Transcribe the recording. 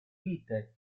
vite